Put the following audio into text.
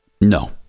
No